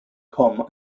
com